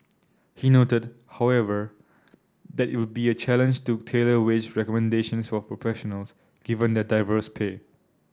he noted however that it would be a challenge to tailor wage recommendations for professionals given their diverse pay